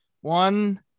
One